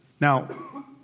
Now